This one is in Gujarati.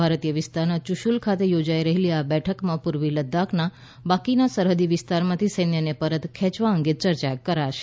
ભારતીય વિસ્તારના યુશુલ ખાતે યોજાઈ રહેલી આ બેઠકમાં પૂર્વી લદાખના બાકીના સરહદી વિસ્તારોમાંથી સૈન્યને પરત ખેંચવા અંગે ચર્ચા કરાશે